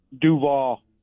Duval